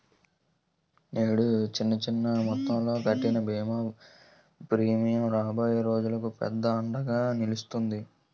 నేడు చిన్న చిన్న మొత్తంలో కట్టే బీమా ప్రీమియం రాబోయే రోజులకు పెద్ద అండగా నిలుస్తాది